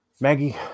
Maggie